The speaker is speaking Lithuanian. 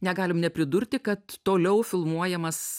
negalim ne pridurti kad toliau filmuojamas